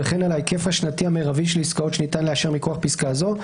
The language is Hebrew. וכן על ההיקף השנתי המרבי של עסקאות שניתן לאשר מכוח פסקה זו,